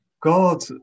God